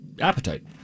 appetite